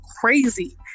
crazy